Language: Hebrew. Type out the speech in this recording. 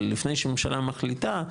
אבל לפני שממשלה מחליטה,